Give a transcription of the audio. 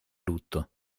lutto